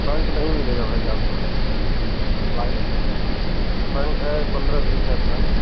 front नहीं मिलेगा भाई आपको बाईस फ्रंट है पंद्रह फिट है फ्रंट